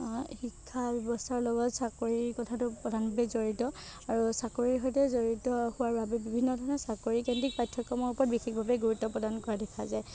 শিক্ষা ব্যৱস্থাৰ লগত চাকৰিৰ কথাটো প্ৰধানভাৱে জড়িত আৰু চাকৰিৰ সৈতে জড়িত হোৱাৰ বাবে বিভিন্ন ধৰণৰ চাকৰিকেন্দ্ৰিক পাঠ্যক্ৰমত বিশেষভাৱে গুৰুত্ব প্ৰদান কৰা দেখা যায়